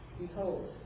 Behold